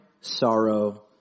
sorrow